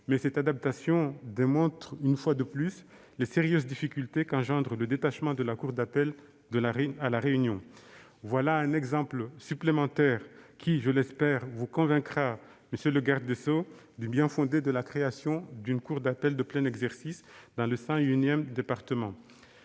mais cela démontre, une fois de plus, les sérieuses difficultés qu'engendre le détachement de la cour d'appel à La Réunion. Voilà un exemple supplémentaire qui, je l'espère, monsieur le garde des sceaux, vous convaincra du bien-fondé de la création d'une cour d'appel de plein exercice dans le cent unième département.